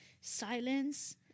silence